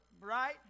right